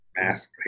Mask